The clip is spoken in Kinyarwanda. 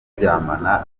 turyamana